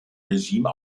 regime